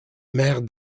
maire